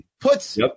puts